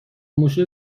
موشه